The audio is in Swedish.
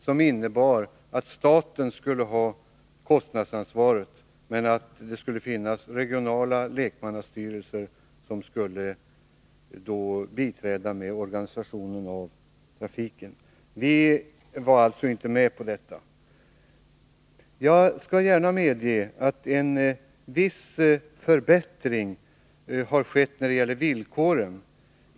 Den innebar att staten skulle ha kostnadsansvaret men att det skulle finnas regionala lekmannastyrelser, som skulle biträda med organisationen av trafiken. Vi var alltså inte med på detta. Jag skall gärna medge att en viss förbättring skett när det gäller villkoren.